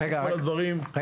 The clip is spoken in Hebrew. איפה כל הדברים שדיברנו עליהם?